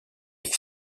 est